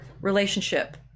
relationship